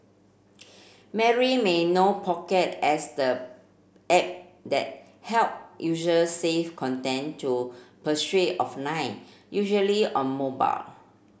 Mary may know Pocket as the app that help user save content to offline usually on mobile